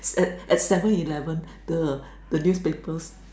at at Seven Eleven the the newspaper